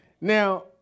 Now